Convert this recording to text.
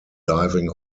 diving